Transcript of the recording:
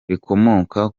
rikomoka